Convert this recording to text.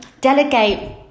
delegate